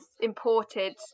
imported